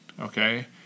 Okay